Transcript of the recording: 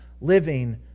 living